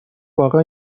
واقعا